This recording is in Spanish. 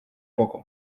poco